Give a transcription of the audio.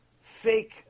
fake